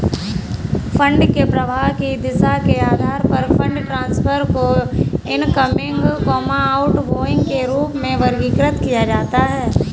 fund के प्रवाह की दिशा के आधार पर फंड ट्रांसफर को इनकमिंग, आउटगोइंग के रूप में वर्गीकृत किया जाता है